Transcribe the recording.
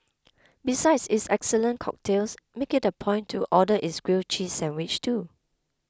besides its excellent cocktails make it a point to order its grilled cheese sandwich too